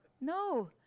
no